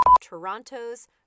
Toronto's